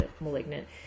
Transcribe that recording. malignant